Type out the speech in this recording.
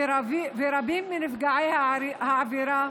ורבים מנפגעי העבירה